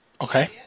Okay